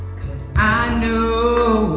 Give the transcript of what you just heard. i knew